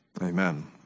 Amen